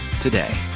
today